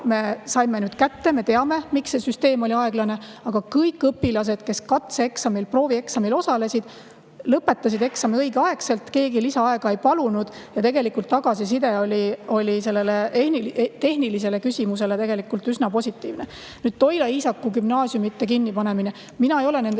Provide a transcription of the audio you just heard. me saime nüüd kätte, me teame, miks süsteem oli aeglane. Ja kõik õpilased, kes katseeksamil, proovieksamil osalesid, lõpetasid eksami õigeaegselt, keegi lisaaega ei palunud. Tegelikult tagasiside oli sellele tehnilisele proovile üsna positiivne. Nüüd Toila ja Iisaku gümnaasiumi kinnipanemisest. Mina ei ole sellest